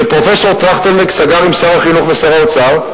שפרופסור טרכטנברג סגר עם שר החינוך ושר האוצר.